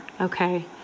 Okay